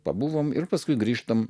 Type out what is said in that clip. pabuvome ir paskui grįžtam